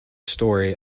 story